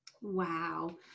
Wow